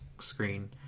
screen